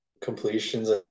completions